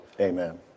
Amen